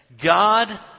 God